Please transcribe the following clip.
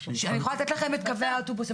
אני יכולה לתת את קווי האוטובוסים.